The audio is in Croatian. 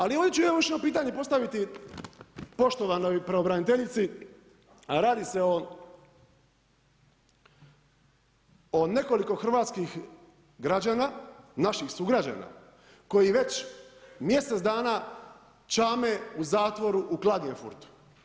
Ali ovdje ću još jedno pitanje postaviti poštovanoj pravobraniteljici a radi se o nekoliko hrvatskih građana, naših sugrađana koji već mjesec dana čame u zatvoru u Klagenfurtu.